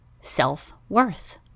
self-worth